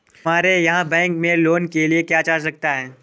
हमारे यहाँ बैंकों में लोन के लिए क्या चार्ज लगता है?